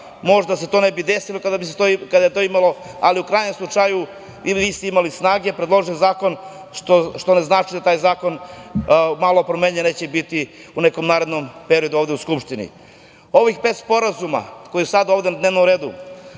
možda ne bi desile kada bi to imalo. U krajnjem slučaju, ili nisu imali snage, predložen zakon, što ne znači da taj zakon, malo promenjen, neće biti u nekom narednom periodu ovde u Skupštini. Ovih pet sporazuma koji su sada na dnevnom redu,